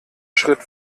schritt